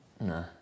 No